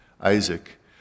Isaac